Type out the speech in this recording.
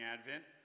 Advent